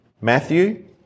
Matthew